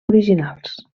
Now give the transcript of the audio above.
originals